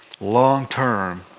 long-term